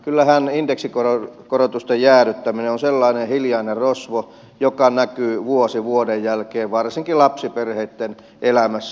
kyllähän indeksikorotusten jäädyttäminen on sellainen hiljainen rosvo joka näkyy vuosi vuoden jälkeen varsinkin lapsiperheitten elämässä